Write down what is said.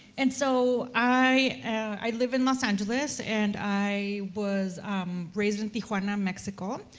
and so i am, i live in los angeles, and i was um raised in tijuana, mexico,